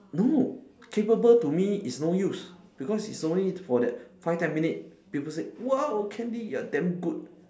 no capable to me is no use because it's only for that five ten minute people say !wow! candy you are damn good